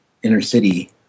inner-city